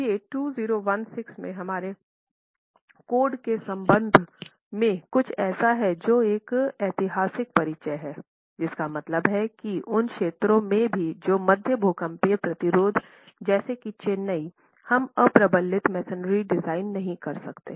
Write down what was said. ये 2016 में हमारे कोड के संबंध में कुछ ऐसा है जो एक ऐतिहासिक परिचय है जिसका मतलब हैं की उन क्षेत्रों में भी जो मध्यम भूकंपीय गतिविधि जैसे कि चेन्नई हम अप्रबलित मैसनरी डिजाइन नहीं कर सकते